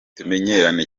tumenyeranye